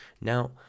Now